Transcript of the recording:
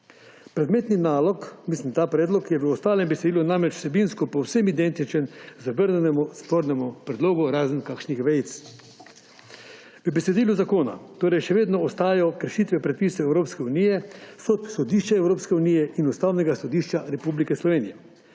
Predmetni predlog je v ostalem besedilu namreč vsebinsko povsem identičen zavrnjenemu spornemu predlogu, razen kakšnih vejic. V besedilu zakona torej še vedno ostajajo kršitve predpisov Evropske unije, Sodišča Evropske unije in Ustavnega sodišča Republike Slovenije.